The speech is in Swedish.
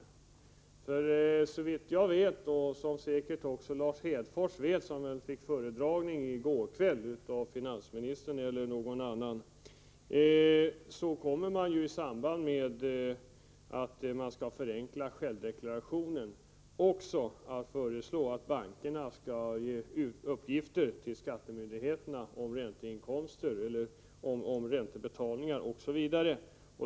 Efter vad jag vet — och säkert också Lars Hedfors, som torde ha fått en föredragning i går kväll av finansministern eller någon annan — kommer man i samband med förenklingen av självdeklarationerna också att föreslå att bankerna skall ge uppgift till skattemyndigheterna om räntebetalningar osv.